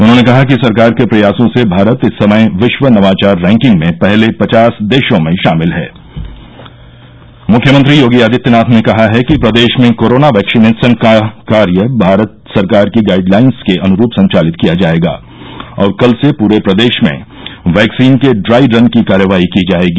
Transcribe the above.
उन्हॉने कहा कि सरकार के प्रयासों से भारत इस समय विश्व नवाचार रैंकिंग में पहले पचास मुख्यमंत्री योगी आदित्यनाथ ने कहा है कि प्रदेश में कोरोना वैक्सीनेशन का कार्य भारत सरकार की गाइडलाइन्स के अनुरूप संचालित किया जाएगा और कल से पूरे प्रदेश में वैक्सीन के ड्राई रन की कार्यवाही की जाएगी